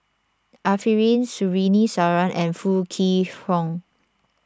Arifin Surtini Sarwan and Foo Kwee Horng